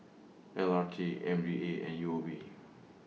L R T M D A and U O B